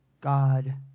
God